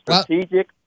strategic